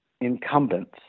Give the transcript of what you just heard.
incumbents